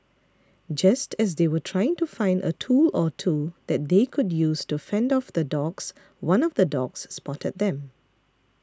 just as they were trying to find a tool or two that they could use to fend off the dogs one of the dogs spotted them